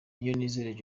niyonizera